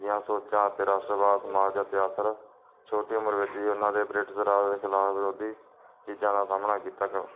ਦੀਆਂ ਸੋਚਾਂ ਅਤੇ ਰਾਸ਼ਟਰਵਾਦ ਸਮਾਜ ਅਤੇ ਆਥਰ ਛੋਟੀ ਉਮਰ ਵਿੱਚ ਹੀ ਉਹਨਾਂ ਦੇ ਬ੍ਰਿਟਿਸ਼ ਰਾਜ ਦੇ ਖਿਲਾਫ ਵਿਰੋਧੀ ਚੀਜ਼ਾਂ ਦਾ ਸਾਹਮਣਾ ਕੀਤਾ